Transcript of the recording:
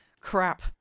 crap